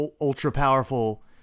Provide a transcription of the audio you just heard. ultra-powerful